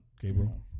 Gabriel